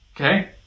Okay